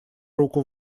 руку